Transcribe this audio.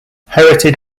heritage